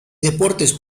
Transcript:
deportes